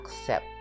accept